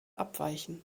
abweichen